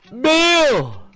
Bill